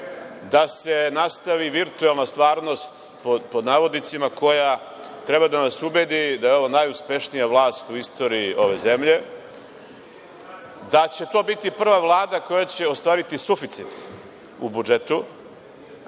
da se nastavi „virtuelna stvarnost“, koja treba da nas ubedi da je ovo najuspešnija vlast u istoriji ove zemlje, da će to biti prva Vlada koja će ostvariti suficit u budžetu.